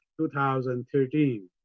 2013